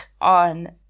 on